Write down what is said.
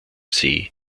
see